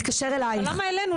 מתקשר אלייך נציג --- אבל למה אלינו?